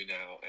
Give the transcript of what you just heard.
now